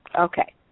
Okay